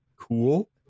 cool